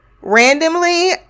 randomly